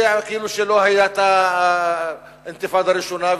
וכאילו לא היתה האינתיפאדה הראשונה,